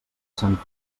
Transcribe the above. sant